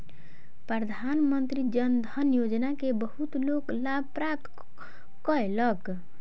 प्रधानमंत्री जन धन योजना के बहुत लोक लाभ प्राप्त कयलक